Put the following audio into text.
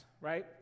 right